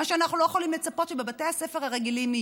מה שאנחנו לא יכולים לצפות שיהיה בבתי הספר הרגילים.